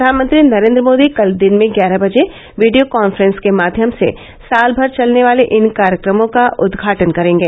प्रधानमंत्री नरेन्द्र मोदी कल दिन में ग्यारह बजे वीडियो कॉन्फ्रॅस के माध्यम से साल भर चलने वाले इन कार्यक्रमों का उदघाटन करेंगे